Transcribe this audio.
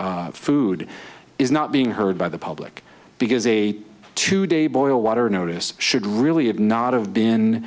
water food is not being heard by the public because a two day boil water notice should really of not of been